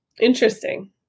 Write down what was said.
Interesting